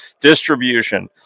distribution